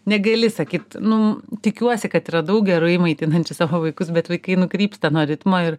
negali sakyt nu tikiuosi kad yra daug gerai maitinančių savo vaikus bet vaikai nukrypsta nuo ritmo ir